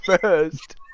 first